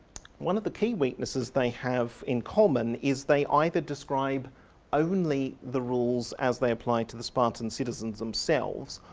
one of the key weaknesses they have in common is they either describe only the rules as they apply to the spartan citizens themselves,